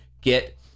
get